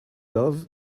love